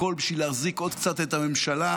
הכול בשביל להחזיק עוד קצת את הממשלה,